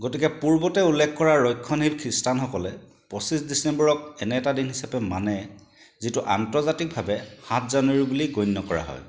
গতিকে পূৰ্বতে উল্লেখ কৰা ৰক্ষণশীল খ্ৰীষ্টানসকলে পঁচিছ ডিচেম্বৰক এনে এটা দিন হিচাপে মানে যিটো আন্তৰ্জাতিকভাৱে সাত জানুৱাৰী বুলি গণ্য কৰা হয়